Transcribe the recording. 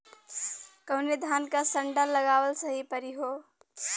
कवने धान क संन्डा लगावल सही परी हो?